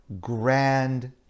grand